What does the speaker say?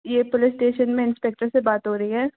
यह police station में inspector से बात हो रही है